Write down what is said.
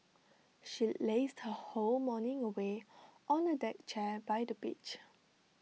she lazed her whole morning away on A deck chair by the beach